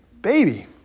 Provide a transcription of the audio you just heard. baby